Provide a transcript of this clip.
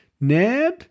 Ned